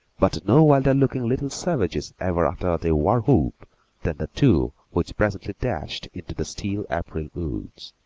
but no wilder-looking little savages ever uttered a war-whoop than the two which presently dashed into the still april woods.